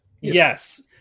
Yes